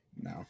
No